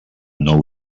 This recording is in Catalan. nou